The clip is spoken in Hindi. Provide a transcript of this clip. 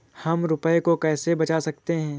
हम रुपये को कैसे बचा सकते हैं?